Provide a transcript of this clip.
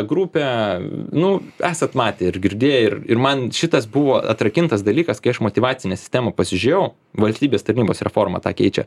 grupę nu esat matę ir girdėję ir ir man šitas buvo atrakintas dalykas kai aš motyvacinę sistemą pasižiūrėjau valstybės tarnybos reforma tą keičia